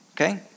okay